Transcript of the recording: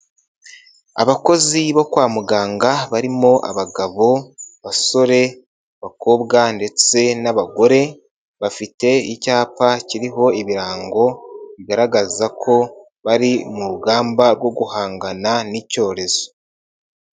Abakozi bo kwa muganga barimo abagabo, abasore, abakobwa ndetse n'abagore bafite icyapa kiriho ibirango bigaragaza ko bari mu rugamba rwo guhangana n'icyorezo.